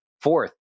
Fourth